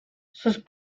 sus